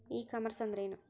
E commerce ಅಂದ್ರೇನು?